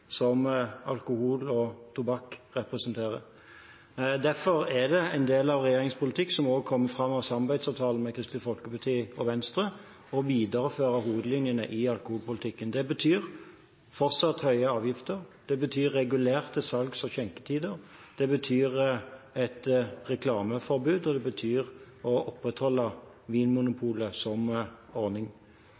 som alkohol og tobakk representerer. Derfor er det en del av regjeringens politikk, som det også kommer fram av samarbeidsavtalen med Kristelig Folkeparti og Venstre, å videreføre hovedlinjene i alkoholpolitikken. Det betyr fortsatt høye avgifter. Det betyr regulerte salgs- og skjenketider. Det betyr et reklameforbud. Og det betyr å opprettholde Vinmonopolet som ordning.